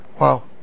Wow